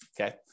okay